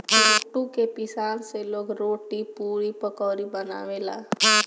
कुटू के पिसान से लोग रोटी, पुड़ी, पकउड़ी बनावेला